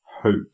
hope